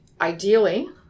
ideally